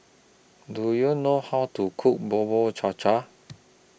Do YOU know How to Cook Bubur Cha Cha